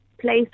place